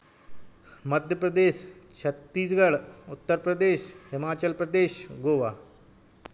Madhya Pradesh Chhattisgarh Uttar Pradesh Himachal Pradesh Goa